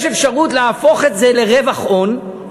יש אפשרות להפוך את זה לרווח הון,